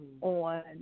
on